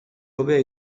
hobea